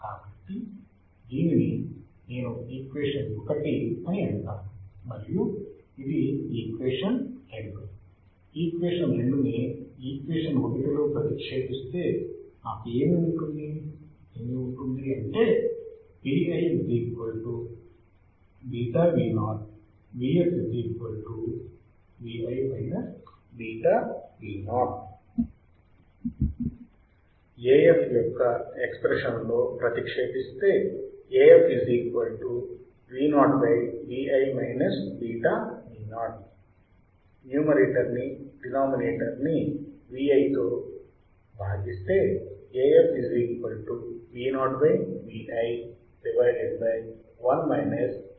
కాబట్టి దీనిని నేను ఈక్వేషన్ 1 అని అంటాను మరియు ఇది ఈక్వేషన్ 2 ఈక్వేషన్ 2 ని ఈక్వేషన్ 1 లో ప్రతిక్షేపిస్తే నాకు ఏమి ఉంటుంది ఏమి ఉంటుంది అంటే ViβVo VsVi βVo